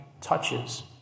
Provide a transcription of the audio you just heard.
touches